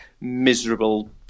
miserable